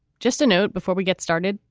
just a note before we get started,